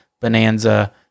Bonanza